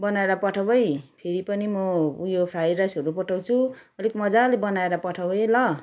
बनाएर पठाऊ है फेरि पनि म उयो फ्राइ राइसहरू पठाउँछु अलिक मजाले बनाएर पठाऊ है ल